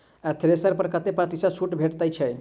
Thresher पर कतै प्रतिशत छूट भेटय छै?